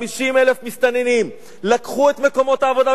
50,000 מסתננים לקחו את מקומות העבודה,